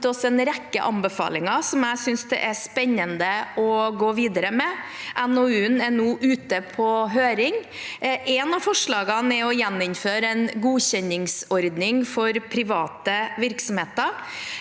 og har gitt oss en rekke anbefalinger som jeg synes det er spennende å gå videre med. NOU-en er nå ute på høring. Ett av forslagene er å gjeninnføre en godkjenningsordning for private virksomheter,